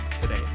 today